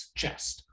chest